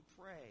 pray